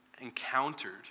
encountered